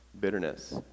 bitterness